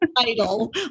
title